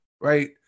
Right